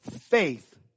faith